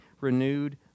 renewed